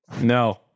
No